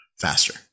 faster